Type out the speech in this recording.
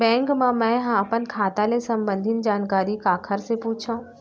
Bank मा मैं ह अपन खाता ले संबंधित जानकारी काखर से पूछव?